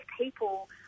people